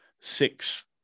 six –